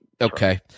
Okay